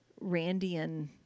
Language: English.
Randian